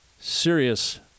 serious